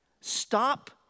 Stop